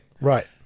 Right